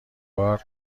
بار